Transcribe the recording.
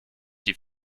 die